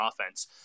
offense